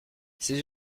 ces